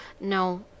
no